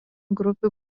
grupių